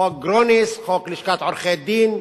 חוק גרוניס, חוק לשכת עורכי-דין,